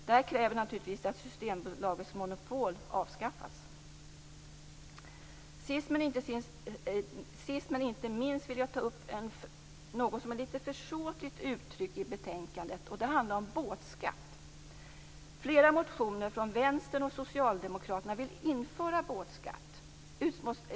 Det här kräver naturligtvis att Systembolagets monopol avskaffas. Sist men inte minst vill jag ta upp något som är lite försåtligt uttryckt i betänkandet, och det handlar om båtskatt. I flera motioner från Vänstern och Socialdemokraterna sägs att man vill införa båtskatt.